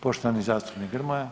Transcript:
Poštovani zastupnik Grmoja.